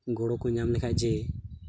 ᱜᱚᱲᱚᱠᱚ ᱧᱟᱢ ᱞᱮᱠᱷᱟᱱ ᱡᱮ